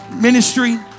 ministry